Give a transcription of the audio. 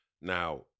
now